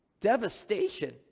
devastation